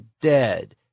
dead